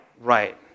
right